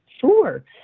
Sure